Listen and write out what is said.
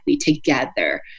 together